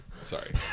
Sorry